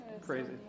Crazy